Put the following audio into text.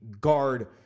guard